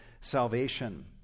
salvation